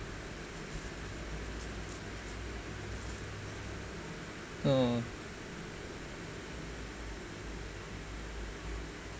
oh